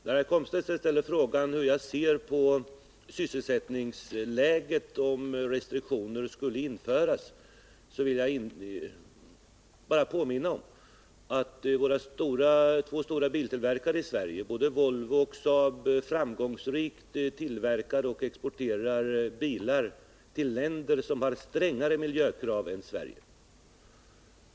Wiggo Komstedt ställer frågan hur jag ser på sysselsättningsläget om restriktioner skulle införas. Jag vill bara påminna om att våra två stora biltillverkare i Sverige — både Volvo och Saab — framgångsrikt tillverkar och exporterar bilar till länder som har strängare miljökrav än Sverige.